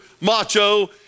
Macho